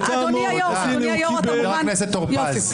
תקרא, בבקשה.